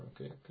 Okay